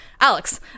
Alex